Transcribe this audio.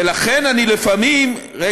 ולכן, אני לפעמים, אבל על מה אתה מדבר?